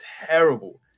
terrible